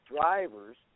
drivers